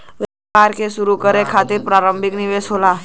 व्यापार क शुरू करे खातिर आरम्भिक निवेश हौ